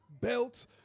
belt